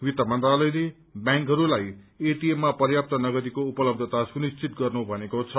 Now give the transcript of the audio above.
वित्त मन्त्रालयले व्यांकहरूलाई एटीएममा पर्याप्त नगदीको उपलब्धता सुनिश्चित गर्नु भनेको छ